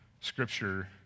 Scripture